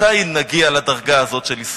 מתי נגיע לדרגה הזאת של ישראל?